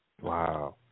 Wow